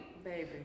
Baby